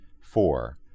Four